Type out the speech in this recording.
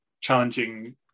challenging